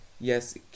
Yes